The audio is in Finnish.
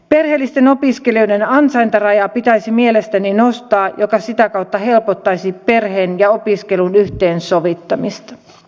perheellisten opiskelijoiden ansaintarajaa pitäisi mielestäni nostaa mikä sitä kautta helpottaisi perheen ja opiskelun yhteensovittamista